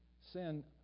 sin